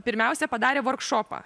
pirmiausia padarė vorkšopą